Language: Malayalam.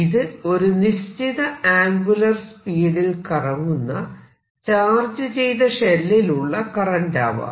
ഇത് ഒരു നിശ്ചിത ആംഗുലാർ സ്പീഡ് ൽ കറങ്ങുന്ന ചാർജ് ചെയ്ത ഷെല്ലിൽ ഉള്ള കറന്റ് ആവാം